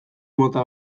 mota